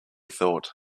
thought